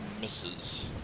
misses